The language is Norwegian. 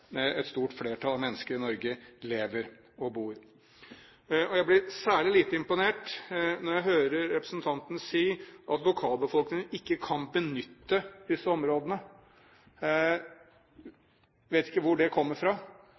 et stort flertall mennesker i Norge lever og bor. Jeg blir særlig lite imponert når jeg hører representanten si at lokalbefolkningen ikke kan benytte disse områdene. Jeg vet ikke hvor det kommer fra.